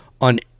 on